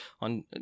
on